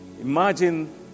Imagine